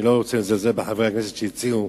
אני לא רוצה לזלזל בחברי הכנסת שהציעו,